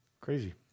Crazy